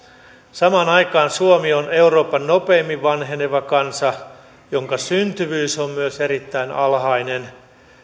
samaan aikaan suomi on euroopan nopeimmin vanheneva kansa jonka syntyvyys on myös erittäin alhainen